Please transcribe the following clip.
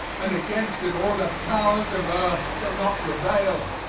and against it all the powers of earth shall not prevail.